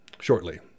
shortly